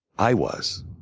i was.